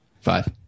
Five